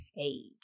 age